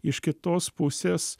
iš kitos pusės